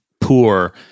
poor